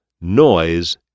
Noise